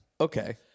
Okay